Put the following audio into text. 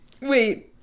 Wait